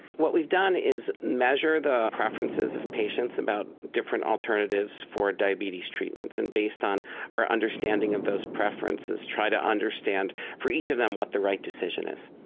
what we've done is measure the preferences of patients about different alternatives for diabetes treatments, and based on our understanding of those preferences try to understand for each of them what the right decision is.